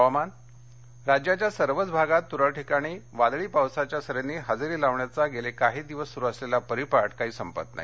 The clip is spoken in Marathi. हवामान राज्याच्या सर्वच भागात तुरळक ठिकाणी वादळी पावसाच्या सरींनी हजेरी लावण्याचा गेले काही दिवस सुरू असलेला परिपाठ काही संपत नाही